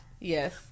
Yes